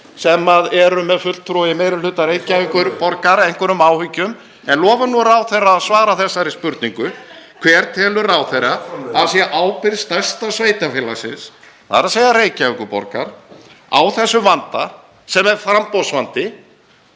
sem eru með fulltrúa í meiri hluta Reykjavíkurborgar einhverjum áhyggjum en lofum ráðherra að svara þessari spurningu. Hver telur ráðherra að sé ábyrgð stærsta sveitarfélagsins, þ.e. Reykjavíkurborgar, á þessum vanda sem er framboðsvandi